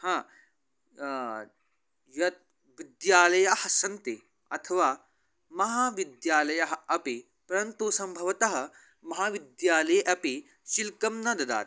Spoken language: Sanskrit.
हा ये विद्यालयाः सन्ति अथवा महाविद्यालयः अपि परन्तु सम्भवतः महाविद्यालये अपि शुल्कं न ददाति